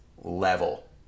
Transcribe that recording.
level